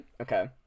okay